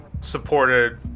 supported